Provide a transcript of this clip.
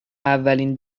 اولین